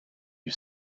you